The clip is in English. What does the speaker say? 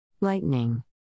Lightning